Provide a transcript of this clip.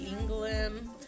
England